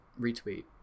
Retweet